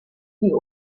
die